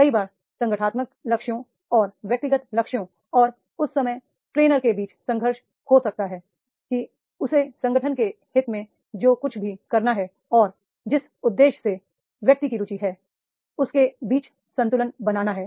कई बार संगठनात्मक लक्ष्यों और व्यक्तिगत लक्ष्यों और उस समय ट्रेनर के बीच संघर्ष हो सकता है कि उसे संगठन के हित में जो कुछ भी करना है और जिस उद्देश्य से व्यक्ति की रुचि है उसके बीच संतुलन बनाना है